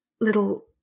little